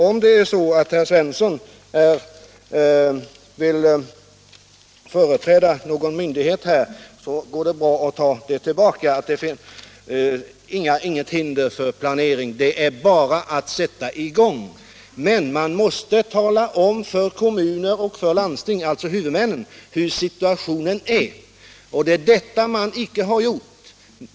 Om herr Svensson vill företräda någon myndighet här, så går det bra att ta med beskedet att det finns inget hinder för planering; det är bara att sätta i gång. Men man måste tala om för kommuner och landsting, alltså för huvudmännen, hur situationen är. Det är detta man icke har gjort.